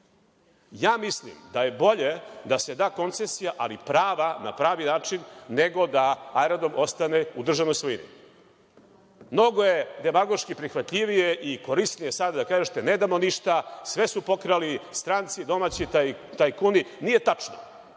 Ja mislim da je bolje da se da koncesija, ali prava na pravi način, nego da aerodrom ostane u državnoj svojini. Mnogo je demagoški prihvatljivije i korisnije sada da kažete – ne damo ništa, sve su pokrali, stranci, domaći tajkuni. Nije tačno